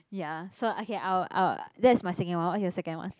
ya so okay I'll I'll that's my second one what's your second one